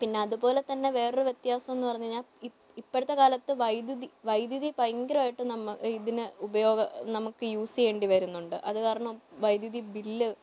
പിന്നെ അതുപോലെ തന്നെ വേറൊരു വ്യത്യാസമെന്നു പറഞ്ഞുകഴിഞ്ഞാൽ ഇ ഇപ്പോഴത്തെ കാലത്ത് വൈദ്യുതി വൈദ്യുതി ഭയങ്കരമായിട്ട് നമുക്ക് ഇതിന് ഉപയോഗം നമുക്ക് യൂസ് ചെയ്യേണ്ടി വരുന്നുണ്ട് അതു കാരണം വൈദ്യുതി ബിൽ